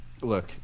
look